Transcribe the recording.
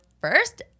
first